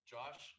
Josh